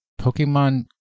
pokemon